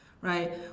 right